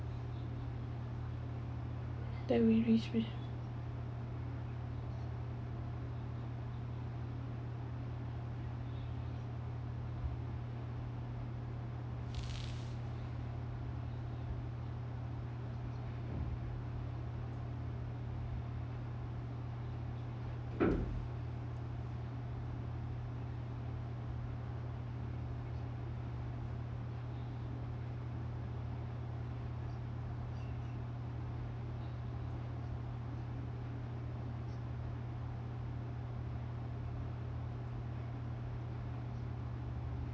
that we which we